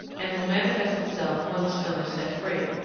and will manifest itself when the stone is set free.